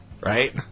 right